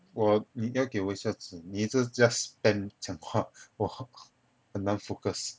我你应该给我一下子你一直 just spam 讲话我很难 focus